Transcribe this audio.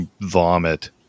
vomit